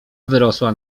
wyrosła